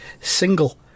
single